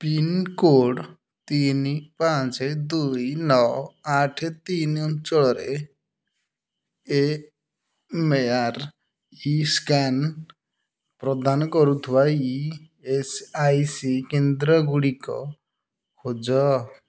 pincode ତିନି ପାଞ୍ଚ ଦୁଇ ନଅ ଆଠ ତିନି ଅଞ୍ଚଳରେ ଏ ମେଆର୍ ଇସ୍କାନ୍ ପ୍ରଦାନ କରୁଥିବା ଇ ଏସ୍ ଆଇ ସି କେନ୍ଦ୍ରଗୁଡ଼ିକ ଖୋଜ